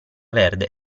verde